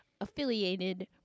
affiliated